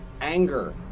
anger